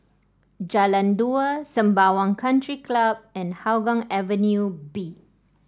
Jalan Dua Sembawang Country Club and Hougang Avenue B